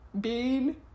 bean